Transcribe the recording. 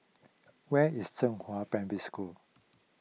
where is Zhenghua Primary School